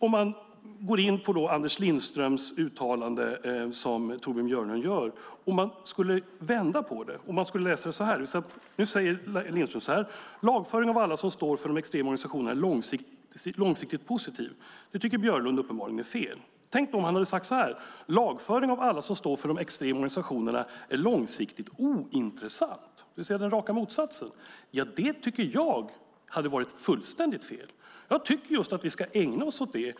Om man går in på Anders Lindströms uttalande, som Torbjörn Björlund gör, lyder det så här: Lagföring av alla som står för de extrema organisationerna är långsiktigt positiv. Det tycker Björlund uppenbarligen är fel. Tänk då om han hade sagt så här: Lagföring av alla som står för de extrema organisationerna är långsiktigt ointressant. Det är alltså raka motsatsen. Ja, det tycker jag hade varit fullständigt fel. Jag tycker just att vi ska ägna oss åt det.